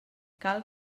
cal